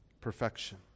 Perfection